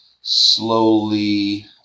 slowly